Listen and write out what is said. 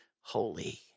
holy